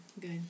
good